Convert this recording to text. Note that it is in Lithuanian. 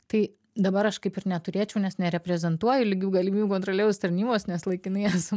tai dabar aš kaip ir neturėčiau nes nereprezentuoju lygių galimybių kontrolieriaus tarnybos nes laikinai esu